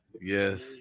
yes